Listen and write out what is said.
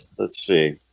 let's see